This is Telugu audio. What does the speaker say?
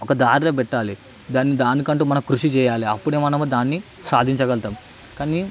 ఒక దారిలో పెట్టాలి దాని దానికంటూ కృషి చేయాలి అప్పుడే మనము దాన్ని సాధించగలగుతాం కానీ